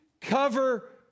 cover